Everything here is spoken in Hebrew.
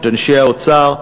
את אנשי האוצר.